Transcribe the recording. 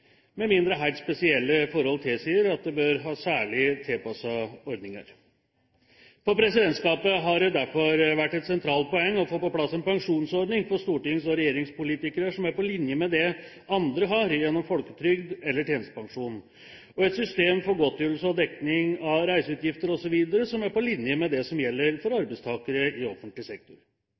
med mindre helt spesielle forhold tilsier at de bør ha særlig tilpassede ordninger. For presidentskapet har det derfor vært et sentralt poeng å få på plass en pensjonsordning for stortings- og regjeringspolitikere som er på linje med det andre har gjennom folketrygden eller tjenestepensjon, og et system for godtgjørelse og dekning av reiseutgifter osv. som er på linje med det som gjelder for arbeidstakere i offentlig sektor.